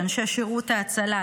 אנשי שירותי ההצלה,